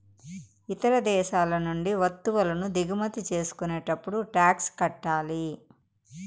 ఇతర దేశాల నుండి వత్తువులను దిగుమతి చేసుకునేటప్పుడు టాక్స్ కట్టాలి